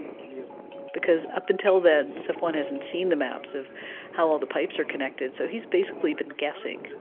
you because up until then, safwan hasn't seen the maps of how all the pipes are connected. so he's basically been guessing.